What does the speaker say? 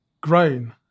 grain